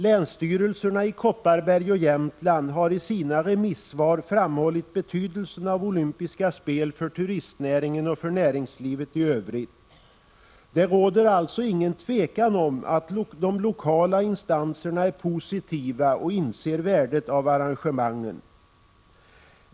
Länsstyrelserna i Kopparberg och Jämtland har i sina remissvar framhållit betydelsen av olympiska spel för turistnäringen och för näringslivet i övrigt. Det råder alltså inget tvivel om att de lokala instanserna är positiva och inser värdet av arrangemanget.